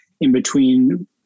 in-between